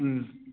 ꯎꯝ